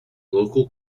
local